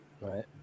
right